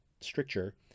stricture